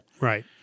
Right